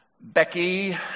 Becky